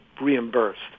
reimbursed